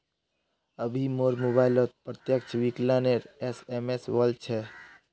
अभी मोर मोबाइलत प्रत्यक्ष विकलनेर एस.एम.एस वल छ